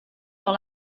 dans